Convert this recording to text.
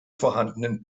vorhandenen